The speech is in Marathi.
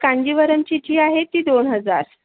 कांजीवरमची जी आहे ती दोन हजार